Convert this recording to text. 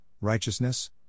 Righteousness